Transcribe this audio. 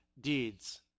deeds